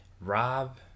rob